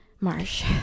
Marsh